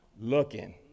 looking